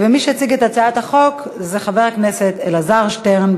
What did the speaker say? מי שיציג את הצעת החוק זה חבר הכנסת אלעזר שטרן.